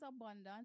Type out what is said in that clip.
abundant